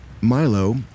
Milo